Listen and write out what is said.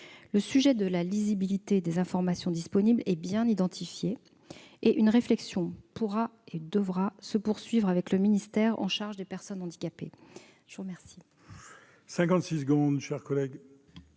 Le sujet de la lisibilité des informations disponibles est donc bien identifié. Une réflexion pourra et devra se poursuivre à ce titre avec le ministère chargé des personnes handicapées. La parole